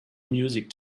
music